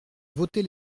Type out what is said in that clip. voter